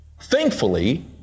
thankfully